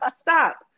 stop